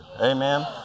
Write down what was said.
Amen